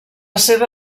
seva